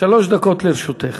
שלוש דקות לרשותך.